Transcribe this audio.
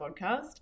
podcast